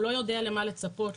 הוא לא יודע למה לצפות,